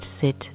sit